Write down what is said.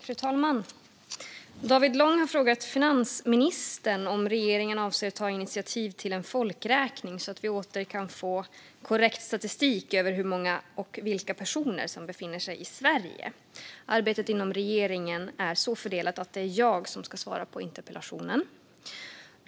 Fru talman! David Lång har frågat finansministern om regeringen avser att ta initiativ till en folkräkning så att vi åter får korrekt statistik över hur många och vilka personer som befinner sig i Sverige. Arbetet inom regeringen är så fördelat att det är jag som ska svara på interpellationen.